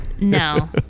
No